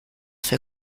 für